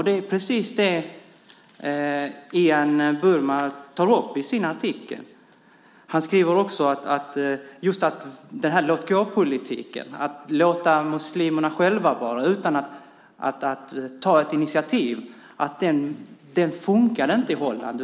Det är precis det som Ian Buruma tar upp i sin artikel. Han skriver också att låtgåpolitiken här - detta med att låta muslimerna själva ta ett initiativ - inte fungerar i Holland.